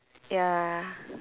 ya